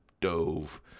dove